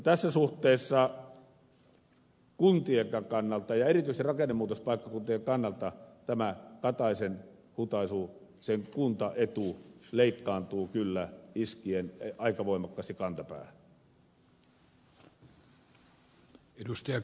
tässä suhteessa kuntien kannalta ja erityisesti rakennemuutospaikkakuntien kannalta tämä kataisen hutaisu sen kuntaetu leikkaantuu kyllä iskien aika voimakkaasti kantapäähän